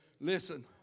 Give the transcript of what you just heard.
Listen